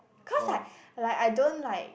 cause like like I don't like